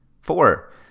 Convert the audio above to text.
Four